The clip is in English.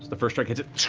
the first strike hits it.